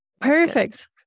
Perfect